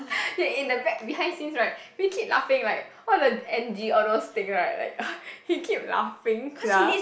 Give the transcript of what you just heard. ya in the back behind scenes right he keep laughing like all the N_G all those thing right like he keep laughing sia